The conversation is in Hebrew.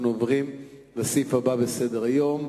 אנחנו עוברים לסעיף הבא בסדר-היום: